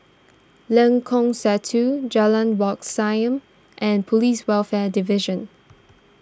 Lengkong Satu Jalan Wat Siam and Police Welfare Division